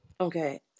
okay